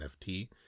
nft